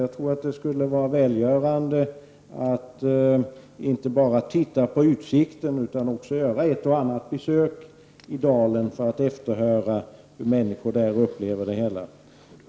Jag tror att det skulle vara välgörande att inte bara titta på utsikten utan också göra ett och annat besök i dalen för att efterhöra hur människor där upplever det hela.